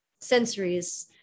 sensories